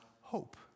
hope